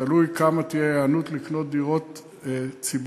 תלוי מה תהיה ההיענות לקנות דירות ציבוריות,